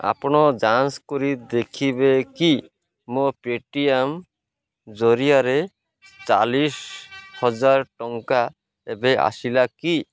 ଆପଣ ଯାଞ୍ଚ କରି ଦେଖିବେକି ମୋ ପେଟିଏମ୍ ଜରିଆରେ ଚାଳିଶ ହଜାର ଟଙ୍କା ଏବେ ଆସିଲାକି